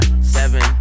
Seven